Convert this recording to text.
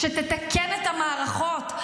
שתתקן את המערכות.